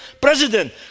President